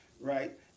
right